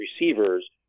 receivers